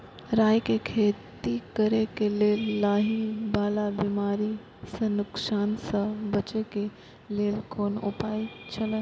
राय के खेती करे के लेल लाहि वाला बिमारी स नुकसान स बचे के लेल कोन उपाय छला?